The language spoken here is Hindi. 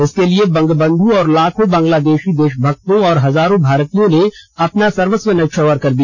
इसके लिए बंगबंधु और लाखों बंगलादेशी देशभक्तों और हजारों भारतीयों ने अपना सर्वस्व न्यौछावर कर दिया